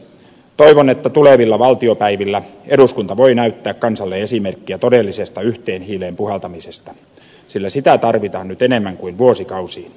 toivon että tulevilla valtiopäivillä eduskunta voi näyttää kansalle esimerkkiä todellisesta yhteen hiileen puhaltamisesta sillä sitä tarvitaan nyt enemmän kuin vuosikausiin